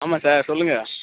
ஆமாம் சார் சொல்லுங்கள்